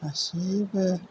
गासैबो